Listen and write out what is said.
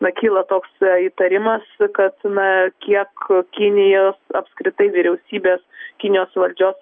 na kyla toks įtarimas kad na kiek kinijos apskritai vyriausybės kinijos valdžios